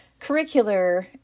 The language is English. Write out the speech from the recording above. curricular